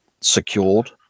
secured